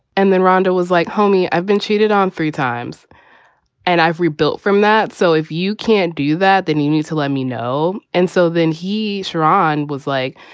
and then rhonda was like, homie, i've been cheated on three times and i've rebuilt from that. so if you can't do that, then you need to let me know. and so then he. sharon was like,